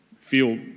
feel